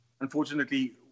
Unfortunately